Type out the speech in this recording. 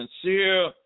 sincere